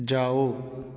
ਜਾਓ